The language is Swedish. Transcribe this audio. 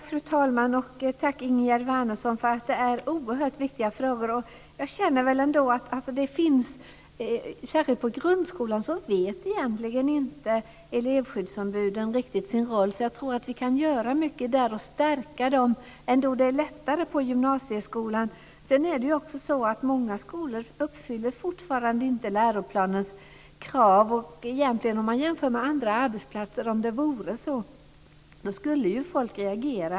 Fru talman! Tack, Ingegerd Wärnersson. Det här är oerhört viktiga frågor. Jag har en känsla av att elevskyddsombuden särskilt på grundskolan inte riktigt vet sin roll. Jag tror att vi kan göra mycket där för att stärka dem. Det är lättare på gymnasieskolan. Det är också så att många skolor fortfarande inte uppfyller läroplanens krav. Om det vore så på andra arbetsplatser skulle folk reagera.